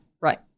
Right